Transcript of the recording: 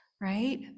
Right